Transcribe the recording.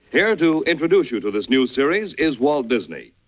here to introduce you to this new series is walt disney